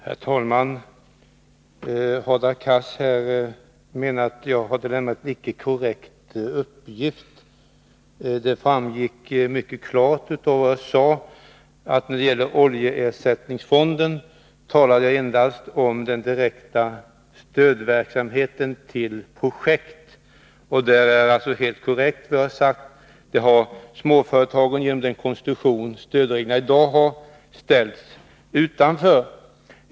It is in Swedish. Herr talman! Hadar Cars menar att jag har lämnat en icke korrekt uppgift. Det framgick mycket klart av vad jag sade att jag när det gäller oljeersättningsfonden endast talade om den verksamhet som avser direkt stöd till projekt, och det jag har sagt är helt korrekt. Där har — genom den konstruktion stödreglerna har i dag — småföretagen ställts utanför.